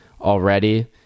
already